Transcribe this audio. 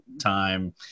time